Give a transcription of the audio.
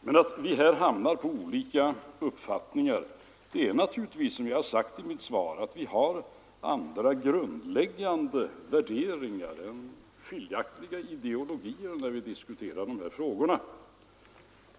Men att vi här hamnar i olika uppfattningar beror naturligtvis, som jag har sagt i mitt svar, på att vi har andra grundläggande värderingar, skiljaktiga ideologier, när vi diskuterar dessa frågor.